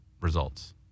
results